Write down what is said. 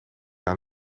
aan